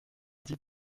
dit